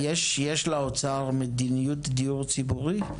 יש לאוצר מדיניות דיור ציבורי?